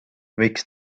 miks